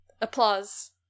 applause